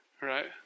right